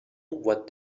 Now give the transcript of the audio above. what